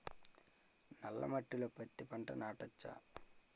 నల్ల మట్టిలో పత్తి పంట నాటచ్చా?